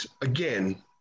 again